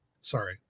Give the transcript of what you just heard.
Sorry